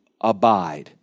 abide